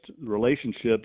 relationships